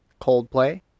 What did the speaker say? Coldplay